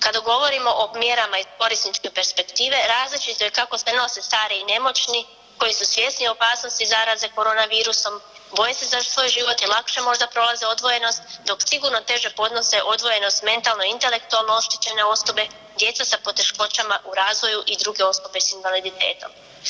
Kada govorimo o mjerama iz korisničke perspektive različito je kako se nose stari i nemoćni koji su svjesni opasnosti zaraze korona virusom, boje se za svoj život i lakše možda prolaze odvojenost, dok sigurno teže podnose odvojenost mentalno i intelektualno oštećene osobe, djeca sa poteškoćama u razvoju i druge osobe s invaliditetom.